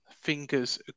fingers